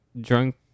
drunk